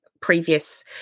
previous